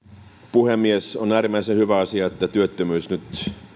puhemies on äärimmäisen hyvä asia että työttömyys nyt